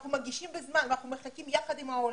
אנחנו מגישים בזמן ואנחנו מחכים יחד עם העולה.